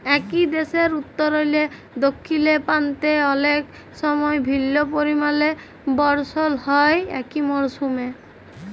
একই দ্যাশের উত্তরলে দখ্খিল পাল্তে অলেক সময় ভিল্ল্য পরিমালে বরসল হ্যয় একই মরসুমে